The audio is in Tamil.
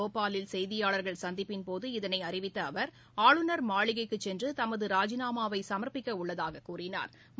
போபாலில் செய்தியாளர்கள் சந்திப்பின்போது இதனைஅறிவித்தஅவர் ஆளுநர் மாளிகைக்குச் சென்றுதமதுராஜிநாமாவைசம்ப்பிக்கஉள்ளதாகக் கூறினாா்